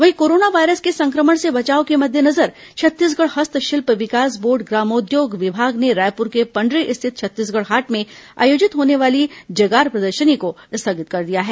वहीं corona virus के संक्रमण से बचाव के मद्देनजर छत्तीसगढ़ हस्तशिल्प विकास बोर्ड ग्रामोद्योग विभाग ने रायपुर के पंडरी स्थित छत्तीसगढ़ हाट में आयोजित होने वाली जगार प्रदर्शनी को स्थगित कर दिया है